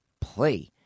play